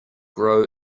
grow